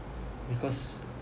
because